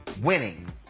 winning